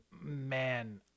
Man